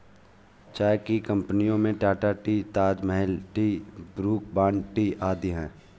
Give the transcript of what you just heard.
चाय की कंपनियों में Tata tea, Taj Mahal tea, Brooke Bond tea आदि है